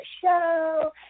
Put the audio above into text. show